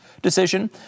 decision